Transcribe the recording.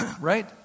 Right